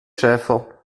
schäfer